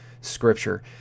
scripture